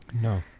No